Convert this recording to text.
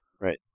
Right